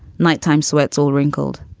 nighttime sweats, all wrinkled.